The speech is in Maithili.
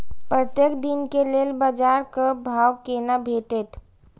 प्रत्येक दिन के लेल बाजार क भाव केना भेटैत?